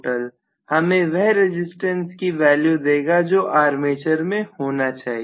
हमें वह रजिस्टेंस की वैल्यू देगा जो आर्मेचर में होना चाहिए